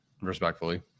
respectfully